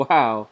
Wow